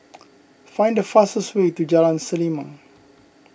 find the fastest way to Jalan Selimang